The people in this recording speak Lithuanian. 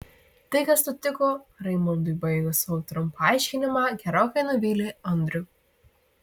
tai kas nutiko raimundui baigus savo trumpą aiškinimą gerokai nuvylė andrių